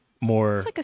more